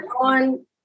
on